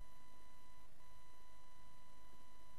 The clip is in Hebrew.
לצערי הרב, מול